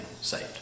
saved